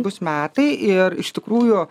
bus metai ir iš tikrųjų